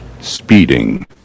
Speeding